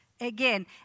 Again